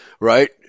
right